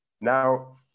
now